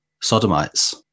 sodomites